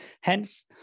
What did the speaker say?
Hence